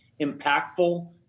impactful